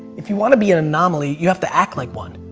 if you want to be an anomaly, you have to act like one.